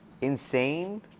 insane